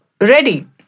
ready